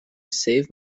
save